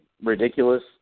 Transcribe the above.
ridiculous